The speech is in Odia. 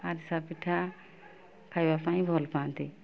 ଆରିଷା ପିଠା ଖାଇବା ପାଇଁ ଭଲ ପାଆନ୍ତି